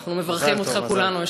אנחנו מברכים אותך כולנו.